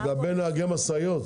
לגבי נהגי משאיות?